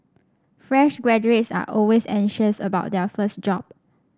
fresh graduates are always anxious about their first job